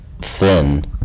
thin